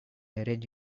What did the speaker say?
arrange